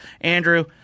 Andrew